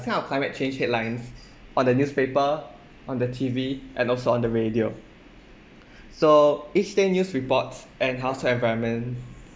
this kind of climate change headlines on the newspaper on the T_V and also on the radio so each day news reports and household environment